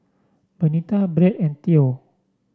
Benita Bret and Theo